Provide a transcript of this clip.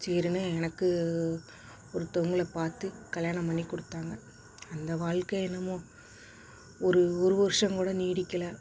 சரின்னு எனக்கு ஒருத்தவங்கள பார்த்து கல்யாணம் பண்ணிக்கொடுத்தாங்க அந்த வாழ்க்கை என்னமோ ஒரு ஒரு வருடம் கூட நீடிக்கலை